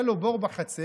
היה לו בור בחצר,